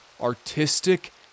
artistic